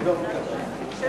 אדוני היושב-ראש,